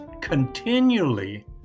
continually